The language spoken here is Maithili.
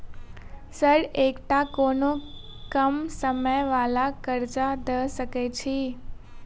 सर एकटा कोनो कम समय वला कर्जा दऽ सकै छी?